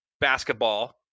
basketball